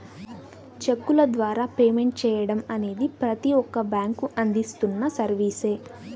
చెక్కుల ద్వారా పేమెంట్ చెయ్యడం అనేది ప్రతి ఒక్క బ్యేంకూ అందిస్తున్న సర్వీసే